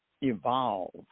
evolve